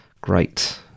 Great